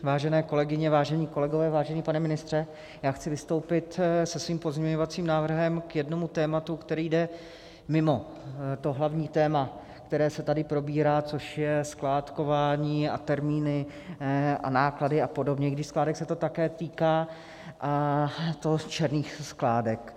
Vážené kolegyně, vážení kolegové, vážený pane ministře, já chci vystoupit se svým pozměňovacím návrhem k jednomu tématu, které jde mimo to hlavní téma, které se tady probírá, což je skládkování a termíny a náklady apod., i když skládek se to také týká, a to černých skládek.